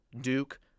Duke